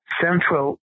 central